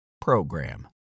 PROGRAM